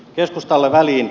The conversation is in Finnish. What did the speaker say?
keskustalle väliin